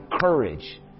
courage